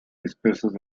dispersos